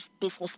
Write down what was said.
business